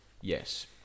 Yes